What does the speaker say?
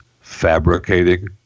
fabricating